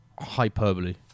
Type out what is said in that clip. hyperbole